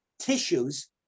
tissues